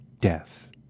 death